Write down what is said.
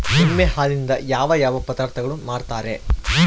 ಎಮ್ಮೆ ಹಾಲಿನಿಂದ ಯಾವ ಯಾವ ಪದಾರ್ಥಗಳು ಮಾಡ್ತಾರೆ?